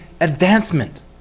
advancement